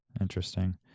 interesting